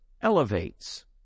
elevates